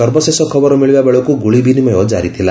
ସର୍ବଶେଷ ଖବର ମିଳିବା ବେଳକୁ ଗୁଳି ବିନିମୟ ଜାରି ଥିଲା